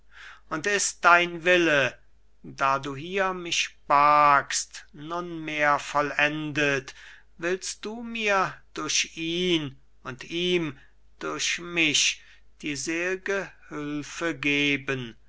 und ist dein wille da du hier mich bargst nunmehr vollendet willst du mir durch ihn und ihm durch mich die sel'ge hülfe geben